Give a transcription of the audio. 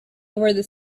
over